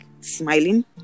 smiling